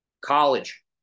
College